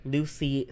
Lucy